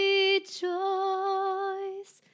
Rejoice